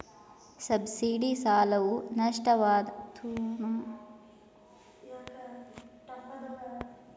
subsidy ಸಾಲವು ಸ್ಪಷ್ಟವಾದ ಅಥವಾ ಗುಪ್ತ ಸಬ್ಸಿಡಿಯಿಂದ ಬಡ್ಡಿಯನ್ನ ಕಡಿಮೆ ಮಾಡುವ ಸಾಲವಾಗಿದೆ